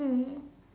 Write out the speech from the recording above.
mm